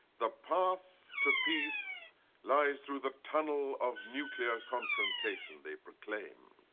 the path to peace lies through the tunnel of nuclear confrontation, they proclaimed.